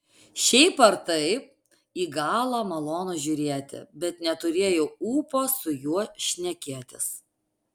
šiaip ar taip į galą malonu žiūrėti bet neturėjau ūpo su juo šnekėtis